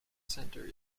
centre